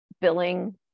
billing